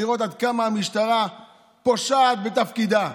לראות עד כמה המשטרה פושעת בתפקידה,